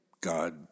God